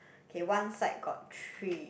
K one side got three